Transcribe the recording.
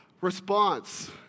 response